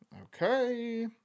Okay